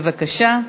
בבקשה.